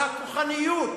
על הכוחניות